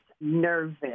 nervous